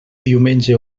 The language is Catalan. diumenge